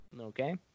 Okay